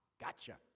gotcha